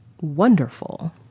wonderful